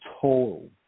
total